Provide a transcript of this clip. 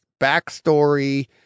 backstory